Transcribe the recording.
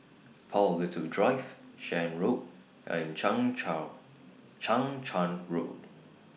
Paul Little Drive Shan Road and Chang Charn Road